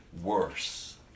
worse